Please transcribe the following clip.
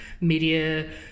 media